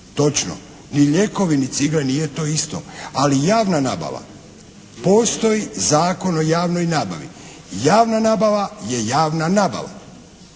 Točno. Ni lijekovi ni cigle nije to isto. Ali javna nabava postoji Zakon o javnoj nabavi. Javna nabava je javna nabava.